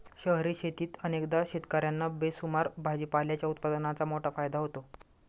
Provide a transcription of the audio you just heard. शहरी शेतीत अनेकदा शेतकर्यांना बेसुमार भाजीपाल्याच्या उत्पादनाचा मोठा फायदा होतो